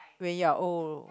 when you're old